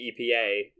EPA